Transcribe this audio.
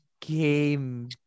game